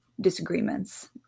disagreements